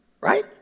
Right